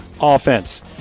offense